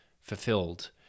fulfilled